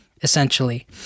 essentially